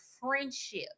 friendship